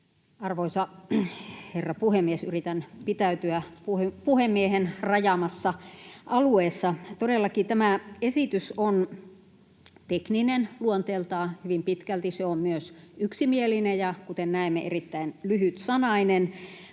Arvoisa herra puhemies! Yritän pitäytyä puhemiehen rajaamassa alueessa. Todellakin tämä esitys on tekninen luonteeltaan hyvin pitkälti, se on myös yksimielinen, ja kuten näemme, erittäin lyhytsanainen,